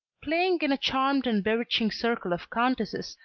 playing in a charmed and bewitching circle of countesses,